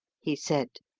he said,